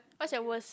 what's your worst